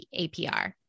APR